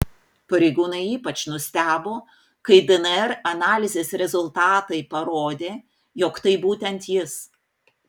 pareigūnai ypač nustebo kai dnr analizės rezultatai parodė jog tai būtent jis